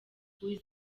wiz